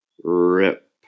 RIP